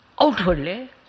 outwardly